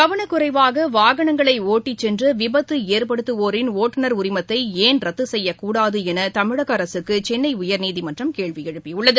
கவனக்குறைவாகவாகனங்களைஓட்டிச் சென்றுவிபத்துஏற்படுத்துபவா்களின் ஓட்டுநா் உரிமத்தைன் ரத்துசெய்யக்கூடாதுஎனதமிழகஅரசுக்குசென்னைஉயர்நீதிமன்றம் கேள்விஎழுப்பியுள்ளது